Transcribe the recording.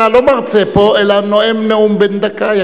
אתה לא מרצה פה אלא נואם נאום בן דקה,